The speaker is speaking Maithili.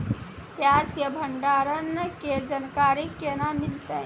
प्याज के भंडारण के जानकारी केना मिलतै?